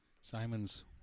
Simons